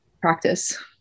practice